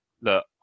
look